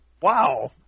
Wow